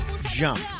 Jump